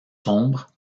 sombre